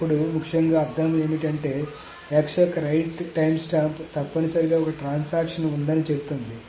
అప్పుడు ముఖ్యంగా అర్థం ఏమిటంటే x యొక్క రైట్ టైమ్స్టాంప్ తప్పనిసరిగా ఒక ట్రాన్సాక్షన్ ఉందని చెబుతుంది